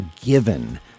given